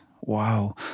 Wow